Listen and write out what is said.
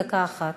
דקה אחת.